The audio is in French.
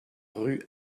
rue